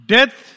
Death